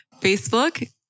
Facebook